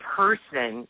person